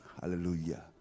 Hallelujah